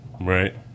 Right